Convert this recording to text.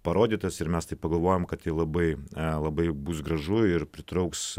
parodytas ir mes tai pagalvojom kad ji labai nelabai bus gražu ir pritrauks